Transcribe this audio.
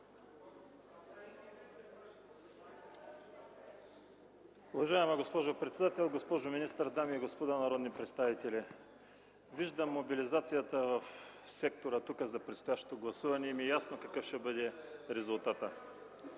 Уважаема госпожо председател, госпожо министър, дами и господа народни представители! Виждам мобилизацията в сектора за предстоящото гласуване и ми е ясно какъв ще бъде резултатът.